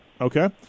Okay